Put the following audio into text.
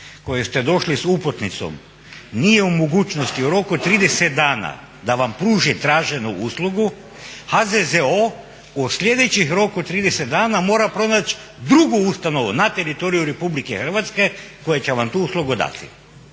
kojoj ste došli sa uputnicom nije u mogućnosti u roku 30 dana da vam pruži traženu uslugu HZZO u sljedećih roku 30 dana mora pronaći drugu ustanovu na teritoriju Republike Hrvatske koja će vam tu uslugu dati.